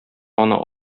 аны